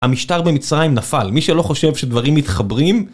המשטר במצרים נפל, מי שלא חושב שדברים מתחברים...